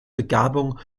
begabung